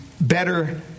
better